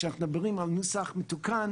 כשאנחנו מדברים על נוסח מתוקן,